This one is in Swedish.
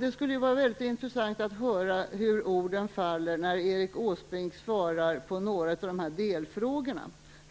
Det skulle vara väldigt intressant att höra hur orden faller när Erik Åsbrink svarar på några dessa delfrågor,